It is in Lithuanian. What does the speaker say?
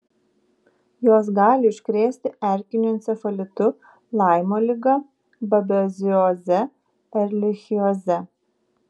jos gali užkrėsti erkiniu encefalitu laimo liga babezioze erlichioze